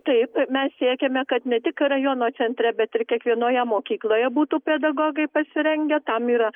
taip mes siekiame kad ne tik rajono centre bet ir kiekvienoje mokykloje būtų pedagogai pasirengę tam yra